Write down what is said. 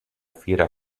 fiera